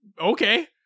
Okay